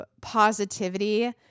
positivity